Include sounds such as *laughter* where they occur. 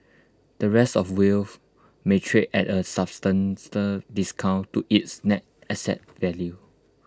the rest of wharf may trade at A *unintelligible* discount to its net asset value